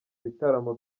ibitaramo